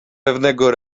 pewnego